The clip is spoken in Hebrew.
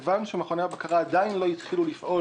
וכיוון שמכוני הבקרה עדיין לא התחילו לפעול